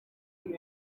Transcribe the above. muri